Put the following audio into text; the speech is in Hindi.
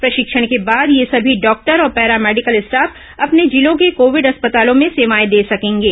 प्रशिक्षण के बाद ये समी डॉक्टर और पैरा मेडिकल स्टॉफ अपने जिलों के कोविड अस्पतालों में सेवाएं दे सकेंगे